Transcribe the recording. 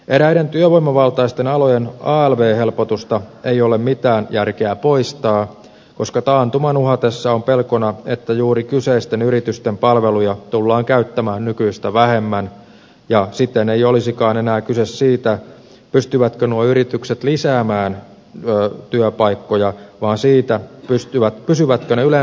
eräiden työvoimavaltaisten alojen alv helpotusta ei ole mitään järkeä poistaa koska taantuman uhatessa on pelkona että juuri kyseisten yritysten palveluja tullaan käyttämään nykyistä vähemmän ja siten ei olisikaan enää kyse siitä pystyvätkö nuo yritykset lisäämään työpaikkoja vaan siitä pysyvätkö ne yleensä pystyssä